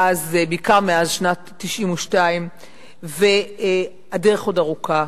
בעיקר מאז שנת 1992. הדרך עוד ארוכה,